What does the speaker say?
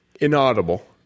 inaudible –